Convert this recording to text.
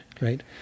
Right